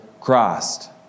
Christ